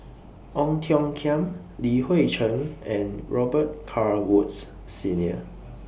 Ong Tiong Khiam Li Hui Cheng and Robet Carr Woods Senior